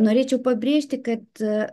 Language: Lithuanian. norėčiau pabrėžti kad